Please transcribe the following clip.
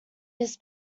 his